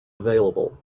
available